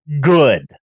Good